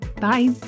Bye